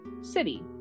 city